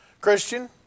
Christian